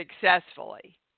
successfully